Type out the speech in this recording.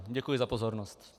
Děkuji za pozornost.